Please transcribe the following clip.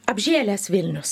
apžėlęs vilnius